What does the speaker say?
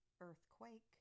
earthquake